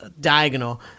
diagonal